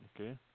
okay